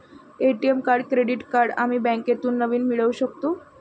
ATM card credit card आम्ही बँकेतून नवीन मिळवू शकतो